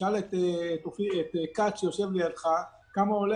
תשאל את אופיר כץ שיושב על ידך כמה עולה